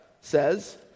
says